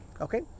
Okay